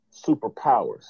superpowers